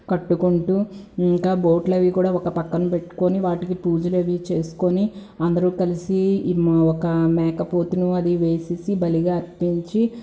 కట్టుకుంటూ ఇంకా ఒక పక్క బోట్లవి పక్కన పెట్టుకొని వాటికి పూజలవి చేసుకొని అందరూ కలిసి ఈ మా ఒక మేకపోతుని అది వేసేసి బలిగా అర్పించి